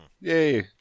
Yay